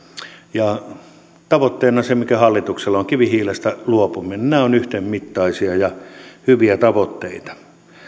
ja tavoitteena on se mikä hallituksella on kivihiilestä luopuminen nämä ovat yhdenmittaisia ja hyviä tavoitteita